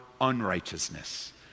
unrighteousness